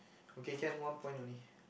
okay can one point only